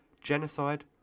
genocide